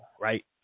right